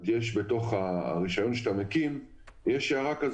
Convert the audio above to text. בתוך הרישיון יש הערה: